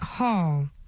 hall